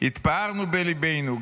התפארנו בליבנו,